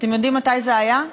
אתם יודעים מתי זה היה?